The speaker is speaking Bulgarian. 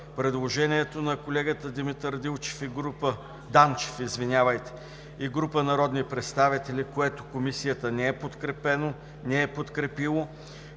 предложението на колегата Димитър Данчев и група народни представители, което Комисията не е подкрепила,